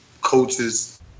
coaches